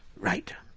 right,